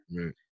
right